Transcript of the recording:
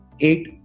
eight